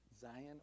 Zion